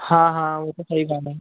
हा हा उहो त सही ॻाल्हि आहे